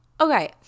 Okay